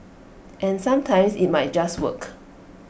and sometimes IT might just work